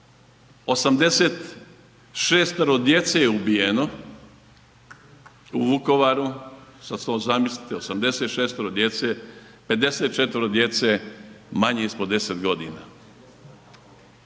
86 djece je ubijeno u Vukovaru, sada zamislite 86 djece, 54 djece manje ispod 10 godina.